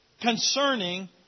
concerning